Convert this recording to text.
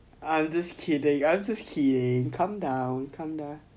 I'm just kidding I'm just kidding calm down calm down